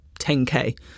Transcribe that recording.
10k